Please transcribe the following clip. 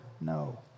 No